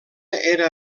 era